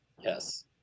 Yes